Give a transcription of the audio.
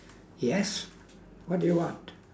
yes what do you want